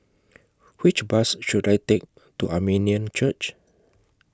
Which Bus should I Take to Armenian Church